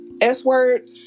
S-word